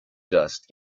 dust